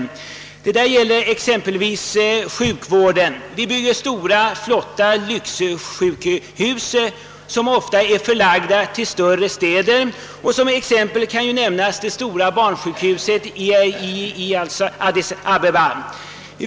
Det gäller exempelvis sjukvården. Vi bygger stora, flotta lyxsjukhus som ofta är förlagda till större städer. Som exempel kan nämnas det stora barnsjukhuset i Addis Abeba.